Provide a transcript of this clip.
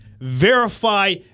verify